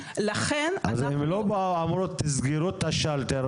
הם לא באו ואמרו תסגרו את השלטר.